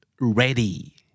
Ready